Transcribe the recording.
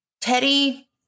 Teddy